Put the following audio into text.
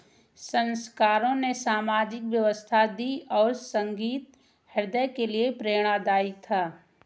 संस्कारों ने सामाजिक व्यवस्था दी और संगीत हृदय के लिए प्रेरणादायी था